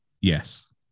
yes